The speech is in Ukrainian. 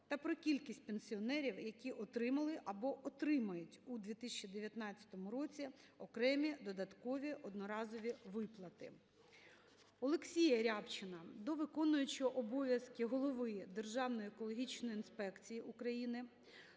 та про кількість пенсіонерів, які отримали або отримають у 2019 році окремі додаткові одноразові виплати. Олексія Рябчина до виконуючого обов’язки голови Державної екологічної інспекції України,